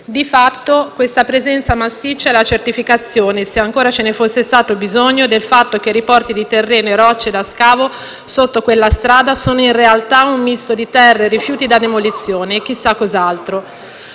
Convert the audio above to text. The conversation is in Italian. Di fatto, questa presenza massiccia è la certificazione, se ancora ce ne fosse stato bisogno, del fatto che i riporti di terreno e rocce da scavo sotto quella strada sono in realtà un misto di terre e rifiuti da demolizione, e chissà cos'altro.